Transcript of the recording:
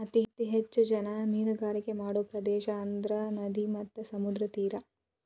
ಅತೇ ಹೆಚ್ಚ ಜನಾ ಮೇನುಗಾರಿಕೆ ಮಾಡು ಪ್ರದೇಶಾ ಅಂದ್ರ ನದಿ ಮತ್ತ ಸಮುದ್ರದ ತೇರಾ